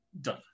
Done